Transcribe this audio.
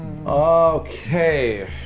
Okay